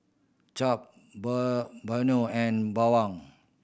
Chap and Bawang